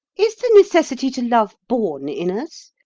is the necessity to love born in us,